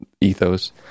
ethos